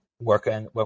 working